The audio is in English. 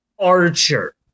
Archer